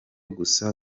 gusa